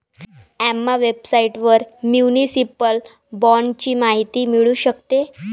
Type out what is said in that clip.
Emma वेबसाइटवर municipal बाँडची माहिती मिळू शकते